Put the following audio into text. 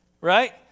Right